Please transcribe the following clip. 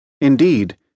Indeed